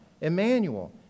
Emmanuel